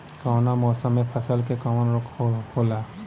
कवना मौसम मे फसल के कवन रोग होला?